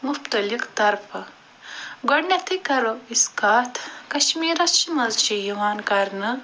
مختلف طرفہٕ گۄڈٕنیٚتھے کرو أسۍ کتھ کشمیٖرس چھِ منٛز چھِ یِوان کرنہٕ